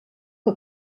que